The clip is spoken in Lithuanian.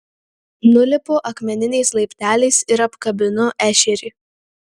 nulipu akmeniniais laipteliais ir apkabinu ešerį